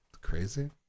Crazy